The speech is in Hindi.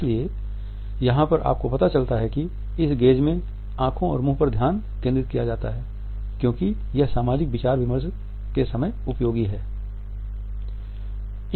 इसलिए यहां पर आपको पता चलता है कि इस गेज़ में आंखों और मुंह पर ध्यान केंद्रित किया जाता है क्योंकि यह सामाजिक विचार विमर्श के समय उपयोगी है